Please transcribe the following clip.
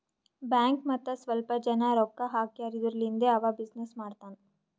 bank ಮತ್ತ ಸ್ವಲ್ಪ ಜನ ರೊಕ್ಕಾ ಹಾಕ್ಯಾರ್ ಇದುರ್ಲಿಂದೇ ಅವಾ ಬಿಸಿನ್ನೆಸ್ ಮಾಡ್ತಾನ್